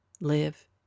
live